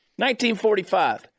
1945